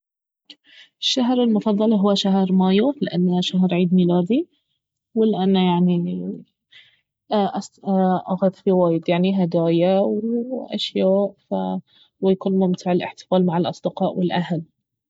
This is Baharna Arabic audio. شهري المفضل اهو شهر مايو ولأنه يعني اخذ فيه يعني وايد هدايا واشياء ويكون ممتع الاحتفال مع الأصدقاء والاهل